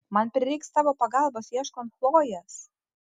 man prireiks tavo pagalbos ieškant chlojės